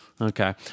Okay